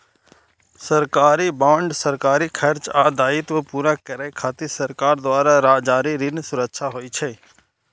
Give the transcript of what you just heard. सरकारी बांड सरकारी खर्च आ दायित्व पूरा करै खातिर सरकार द्वारा जारी ऋण सुरक्षा होइ छै